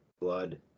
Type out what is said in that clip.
blood